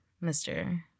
mister